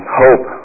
hope